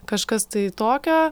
kažkas tai tokio